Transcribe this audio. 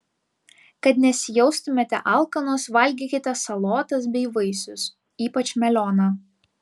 kad nesijaustumėte alkanos valgykite salotas bei vaisius ypač melioną